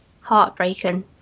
Heartbreaking